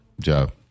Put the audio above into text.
Joe